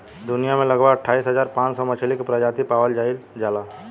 दुनिया में लगभग अठाईस हज़ार पांच सौ मछली के प्रजाति पावल जाइल जाला